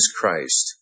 Christ